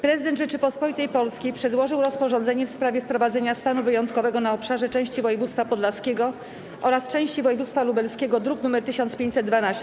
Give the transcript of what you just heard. Prezydent Rzeczypospolitej Polskiej przedłożył rozporządzenie w sprawie wprowadzenia stanu wyjątkowego na obszarze części województwa podlaskiego oraz części województwa lubelskiego, druk nr 1512.